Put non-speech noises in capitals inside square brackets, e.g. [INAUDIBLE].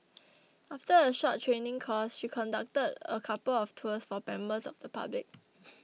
[NOISE] after a short training course she conducted a couple of tours for members of the public [NOISE]